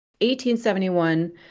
1871